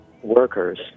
Workers